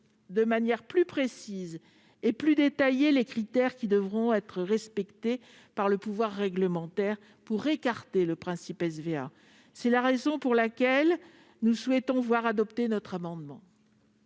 de manière plus précise et plus détaillée les critères qui devront être respectés par le pouvoir réglementaire pour écarter le principe du SVA. C'est la raison pour laquelle la commission souhaite voir adopter l'amendement